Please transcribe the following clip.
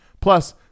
Plus